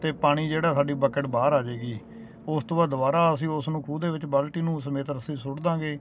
ਅਤੇ ਪਾਣੀ ਜਿਹੜਾ ਸਾਡੀ ਬਕਟ ਬਾਹਰ ਆ ਜਾਏਗੀ ਉਸ ਤੋਂ ਬਾਅਦ ਦੁਬਾਰਾ ਅਸੀਂ ਉਸ ਨੂੰ ਖੂਹ ਦੇ ਵਿੱਚ ਬਾਲਟੀ ਨੂੰ ਸਮੇਤ ਰੱਸੀ ਸੁੱਟ ਦਵਾਂਗੇ